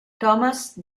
thomas